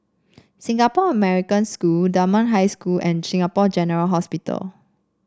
Singapore American School Dunman High School and Singapore General Hospital